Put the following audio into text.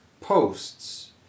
posts